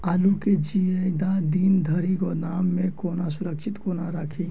आलु केँ जियादा दिन धरि गोदाम मे कोना सुरक्षित कोना राखि?